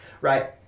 Right